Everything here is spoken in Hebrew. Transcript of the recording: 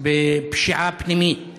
בפשיעה פנימית